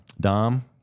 Dom